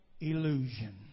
illusion